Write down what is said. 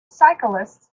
cyclists